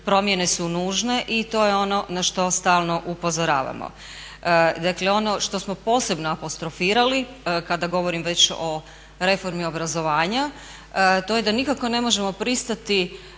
Promjene su nužne i to je ono na što stalno upozoravamo. Dakle, ono što smo posebno apostrofirali kada govorim već o reformi obrazovanja to je da nikako ne možemo pristati